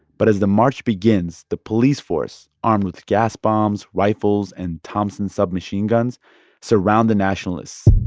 but as the march begins, the police force armed with gas bombs, rifles and thompson submachine guns surround the nationalists